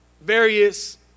various